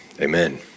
amen